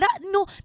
no